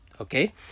okay